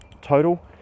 total